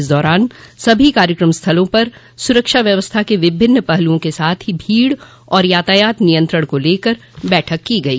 इस दौरान सभी कार्यक्रम स्थल पर सुरक्षा व्यवस्था के विभिन्न पहलूओं के साथ ही भीड़ और यातायात नियंत्रण को लेकर बैठक की गई